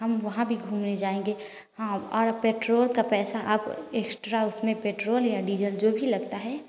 हम वहाँ पर भी घूमने जाएंगे और पेट्रोल का पैसा आप एक्स्ट्रा उसमें पेट्रोल या डीजल जो भी लगता है